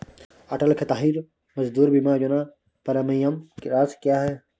अटल खेतिहर मजदूर बीमा योजना की प्रीमियम राशि क्या है?